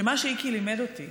שמה שאיקי לימד אותי